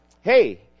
Hey